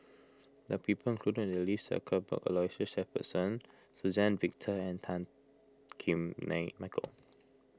the people included in the list are Cuthbert Aloysius Shepherdson Suzann Victor and Tan Kim Nei Michael